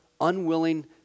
unwilling